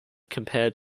compared